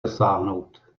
dosáhnout